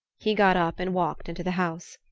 he got up and walked into the house.